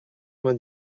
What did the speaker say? vingt